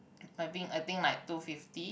I think I think like two fifty